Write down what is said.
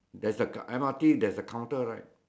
there's a M_R_T there's a counter right